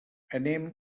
anem